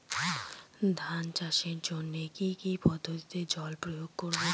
ধান চাষের জন্যে কি কী পদ্ধতিতে জল প্রয়োগ করব?